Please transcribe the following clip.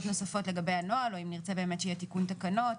נוספות לגבי הנוהל או אם נרצה באמת שיהיה תיקון תקנות,